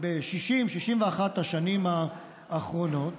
ב-61-60 השנים האחרונות,